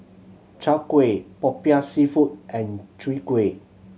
Chai Kuih Popiah Seafood and Chwee Kueh